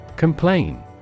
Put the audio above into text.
Complain